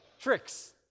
tricks